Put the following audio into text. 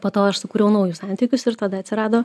po to aš sukūriau naujus santykius ir tada atsirado